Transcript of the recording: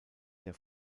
der